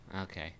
okay